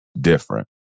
different